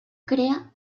crea